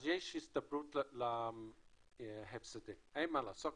אז יש הסתברות להפסדים, אין מה לעשות.